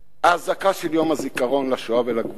האזעקה של יום הזיכרון לשואה ולגבורה